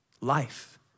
life